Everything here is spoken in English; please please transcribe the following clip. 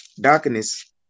darkness